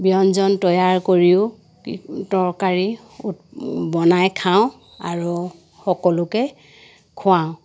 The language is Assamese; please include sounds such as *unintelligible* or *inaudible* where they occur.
ব্যঞ্জন তৈয়াৰ কৰিও তৰকাৰী *unintelligible* বনাই খাওঁ আৰু সকলোকে খোৱাওঁ